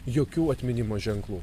jokių atminimo ženklų